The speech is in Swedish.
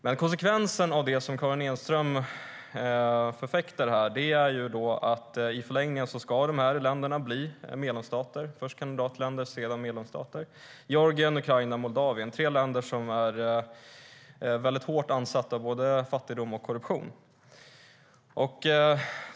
Men konsekvensen av det som Karin Enström förespråkar här är att de här länderna i förlängningen ska bli medlemsstater. Först blir de kandidatländer, sedan medlemsstater. Det handlar om Georgien, Ukraina och Moldavien, tre länder som är hårt ansatta av både fattigdom och korruption.